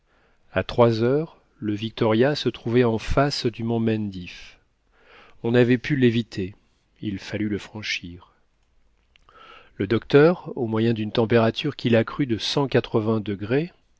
a trois heures le victoria se trouvait en face du mont mendif on n'avait pu l'éviter il fallut le franchir le docteur au moyen d'une température qu'il accrut de cent quatre-vingts degrés